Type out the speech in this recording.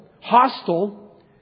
hostile